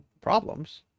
problems